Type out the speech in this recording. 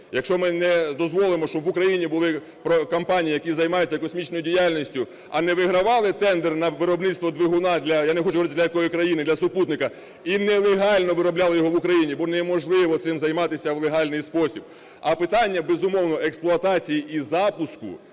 якщо ми не дозволимо, щоб в Україні були компанії, які займаються космічною діяльністю, а не вигравали тендер на виробництво двигуна для, я не хочу говорити для якої країни, для супутника і нелегально виробляли його в Україні, бо неможливо цим займатися в легальний спосіб. А питання, безумовно, експлуатації і запуску,